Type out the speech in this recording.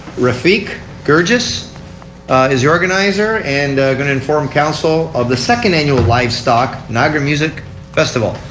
rafik guirgis is the organizer and going to inform council of the second annual livestock niagra music festival.